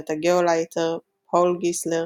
ואת הגאולייטר פאול גיסלר